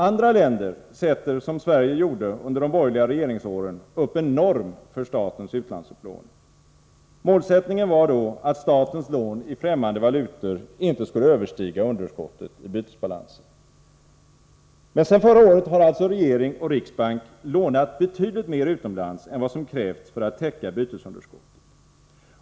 Andra länder sätter, som Sverige gjorde under de borgerliga regeringsåren, upp en norm för statens utlandsupplåning. Målsättningen var då att statens lån i fftämmande valutor inte skulle överstiga underskottet i bytesbalansen. Men sedan förra året har alltså regering och riksbank lånat betydligt mer utomlands än vad som krävts för att täcka bytesunderskottet.